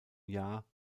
jahr